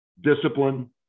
discipline